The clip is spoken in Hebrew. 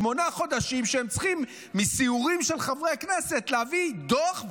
שמונה חודשים שהם צריכים מסיורים של חברי הכנסת להביא דוח,